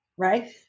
right